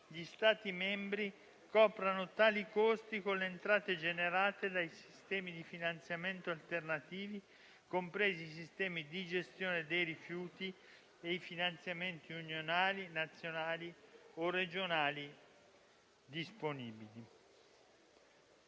gli Stati membri coprano tali costi con le entrate generate dai sistemi di finanziamento alternativi, compresi i sistemi di gestione dei rifiuti e i finanziamenti unionali, nazionali o regionali disponibili.